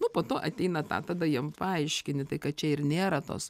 nu po to ateina tą tada jiem paaiškini tai kad čia ir nėra tos